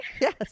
Yes